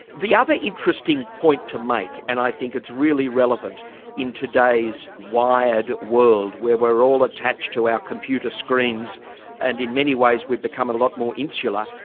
the other interesting point to make, and i think it's really relevant in today's wired world where we're all attached to our computer screens and in many ways we've become a lot more insular,